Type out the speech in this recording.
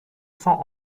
cents